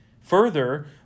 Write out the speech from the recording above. further